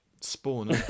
spawn